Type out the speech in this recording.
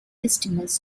customers